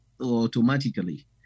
automatically